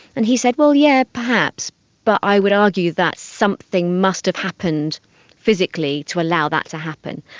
and he said, well yes, perhaps but i would argue that something must have happened physically to allow that to happen.